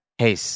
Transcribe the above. Hey